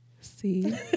See